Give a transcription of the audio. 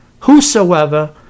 whosoever